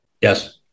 yes